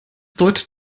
deutet